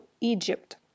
Egypt